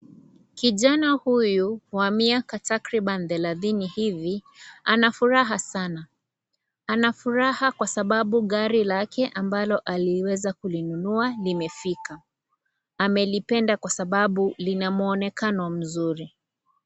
Kijana huyu wa miaka takribani thelathini hivi ana furaha sana. Ana furaha kwa sababu gari lake ambalo aliweza kulinunua limefika. Amelipenda kwa sababu linamuonekano mzuri.